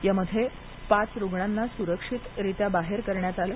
यामध्ये दाखल पाच रूग्णांना सुरक्षितरित्या बाहेर काढण्यात आलं